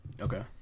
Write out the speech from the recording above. Okay